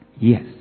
Yes